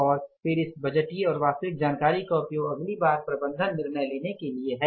और फिर इस बजटीय और वास्तविक जानकारी का उपयोग अगली बार प्रबंधन निर्णय लेने के लिए है